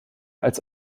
als